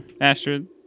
Astrid